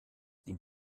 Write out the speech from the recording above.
dient